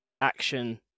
action